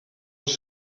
els